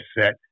set